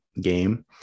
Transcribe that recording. game